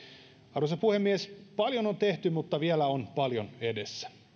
arvoisa puhemies paljon on tehty mutta vielä on paljon edessä